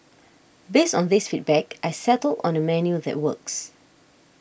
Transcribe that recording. based on these feedback I settled on a menu that works